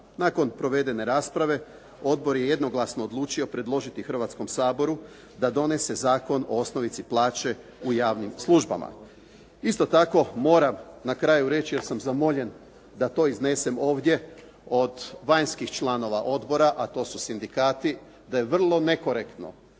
Nakon provedene rasprave odbor je jednoglasno odlučio predložiti Hrvatskom saboru da donese Zakon o osnovici plaće u javnim službama. Isto tako, moram na kraju reći jer sam zamoljen da to iznesem ovdje od vanjskih članova odbora, a to su sindikati, da je vrlo nekorektno